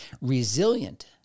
resilient